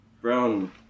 brown